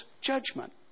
judgment